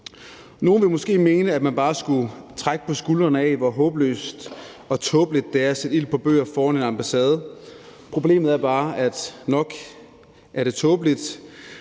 Nogle vil måske mene, at man bare skulle trække på skuldrene ad, hvor håbløst og tåbeligt det er at sætte ild til bøger foran en ambassade. Problemet er bare, at det ikke blot